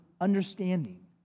understanding